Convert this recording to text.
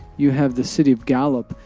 you have the city of gallup.